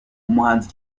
umuhanzi